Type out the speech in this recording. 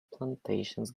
plantations